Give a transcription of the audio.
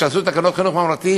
כשעשו את תקנות חינוך ממלכתי,